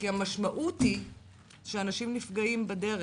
כי המשמעות היא שאנשים נפגעים בדרך,